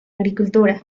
agricultura